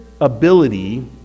ability